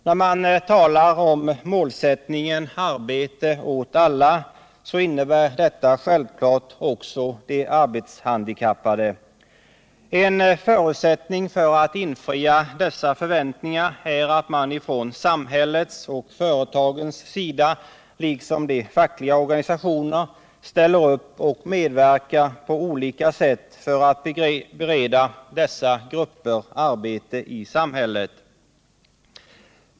När man talar om målsättningen arbete åt alla, innefattar detta självfallet också de arbetshandikappade. En förutsättning för att de förväntningarna skall kunna infrias är att samhället och företagen liksom de fackliga organisationerna ställer upp och medverkar på olika sätt för att bereda dessa grupper arbete i samhället.